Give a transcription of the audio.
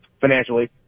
financially